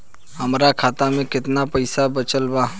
हमरा खाता मे केतना पईसा बचल बा?